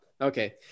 Okay